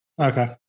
Okay